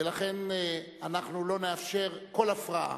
ולכן אנחנו לא נאפשר כל הפרעה,